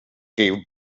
gave